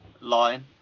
line